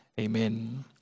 Amen